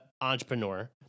entrepreneur